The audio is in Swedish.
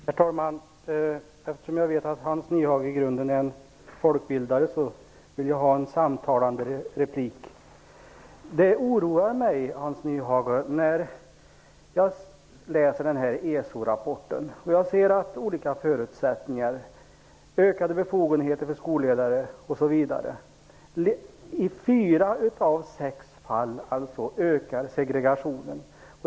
Herr talman! Eftersom jag vet att Hans Nyhage i grunden är en folkbildare vill jag ha en samtalande replik. Jag blir oroad, Hans Nyhage, när jag läser ESO rapporten. Jag ser att olika förutsättningar ändras. Det skall bli ökade befogenheter för skolledare osv. I fyra av sex fall ökar segregationen.